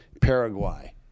Paraguay